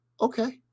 Okay